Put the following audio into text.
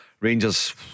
Rangers